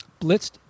Blitzed